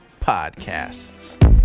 podcasts